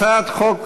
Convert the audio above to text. הצעת חוק